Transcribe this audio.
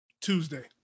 Tuesday